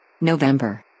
November